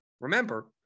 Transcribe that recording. Remember